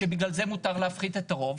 שבגלל זה מותר להפחית את הרוב?